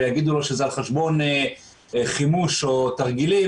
ויגידו לו שזה על חשבון חימוש או תרגילים,